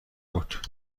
بود